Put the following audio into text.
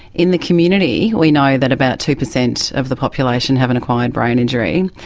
in the community we know that about two percent of the population have an acquired brain injury.